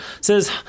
says